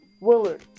Willard